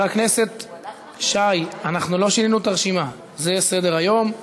זה סדר-היום.